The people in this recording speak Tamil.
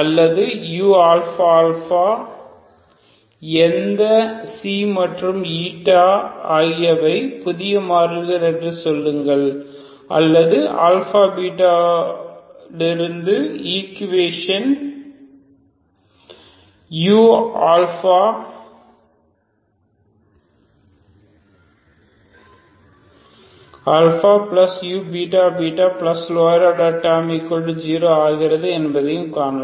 அல்லது uαα எந்த ξ and η ஆகியவை புதிய மாறிகள் என்று சொல்லுங்கள் அல்லது கிருந்து ஈக்குவேஷன் uααuββlower order terms0ஆகிறது என்பதைக் காணலாம்